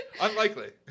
Unlikely